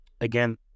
again